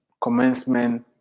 commencement